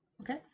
okay